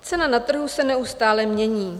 Cena na trhu se neustále mění.